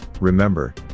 remember